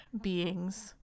beings